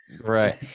Right